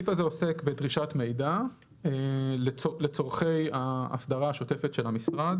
הסעיף הזה עוסק בדרישת מידע לצרכי האסדרה השותפת של המשרד